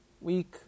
Week